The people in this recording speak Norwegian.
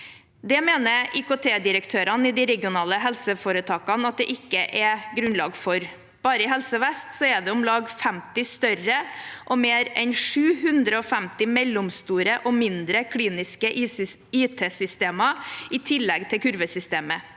Det mener IKT-direktørene i de regionale helseforetakene at det ikke er grunnlag for. Bare i Helse vest er det om lag 50 større og mer enn 750 mellomstore og mindre kliniske IT-systemer i tillegg til kurvesystemet.